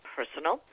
Personal